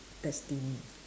destined